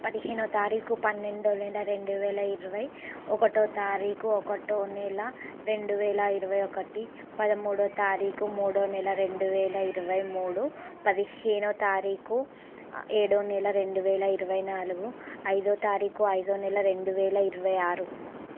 పదిహేనో తారిఖు పన్నెండో నెల రెండు వేల ఇరవై ఒకటో తారీఖు ఒకటో నెల రెండు వేల ఇరవైఒకటి పదముడో తారిఖు మూడో నెల రెండు వేల ఇరవైమూడు పదిహేనో తారిఖు ఏడో నెల రెండు వేల ఇరవైనాలుగు ఐదో తారిఖు ఐదో నెల రెండు వేల ఇరవైఆరు